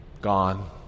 Gone